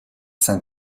saint